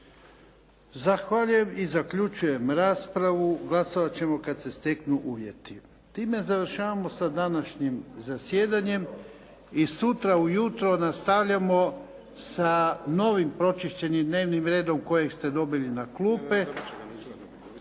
Zahvaljujem i zaključujem raspravu. Glasovat ćemo kad se steknu uvjeti. Time završavamo sa današnjim zasjedanjem i sutra ujutro nastavljamo sa novim pročišćenim dnevnim redom kojeg ste dobili na klupe.